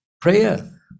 Prayer